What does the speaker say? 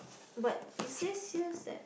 but it says here that